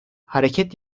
hareket